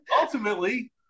ultimately